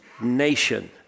nation